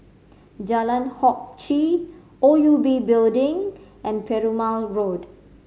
Jalan Hock Chye O U B Building and Perumal Road